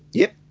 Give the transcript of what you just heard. yep,